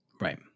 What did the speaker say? right